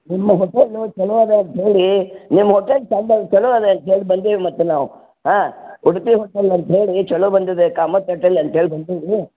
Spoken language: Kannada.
ನಿಮ್ಮ ಹೊಟೆಲ್ಲು ಚೊಲೋ ಇದೆ ಅಂತೇಳಿ ನಿಮ್ಮ ಹೋಟೆಲ್ ಚೆಂದ ಚೊಲೋ ಇದೆ ಅಂತೇಳಿ ಬಂದೇವೆ ಮತ್ತು ನಾವು ಹಾಂ ಉಡುಪಿ ಹೋಟೆಲ್ ಅಂತೇಳಿ ಚೊಲೋ ಬಂದಿದೆ ಕಾಮತ್ ಹೋಟೆಲ್ ಅಂತೇಳಿ ಬಂದೀವಿ